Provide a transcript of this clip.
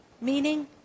meaning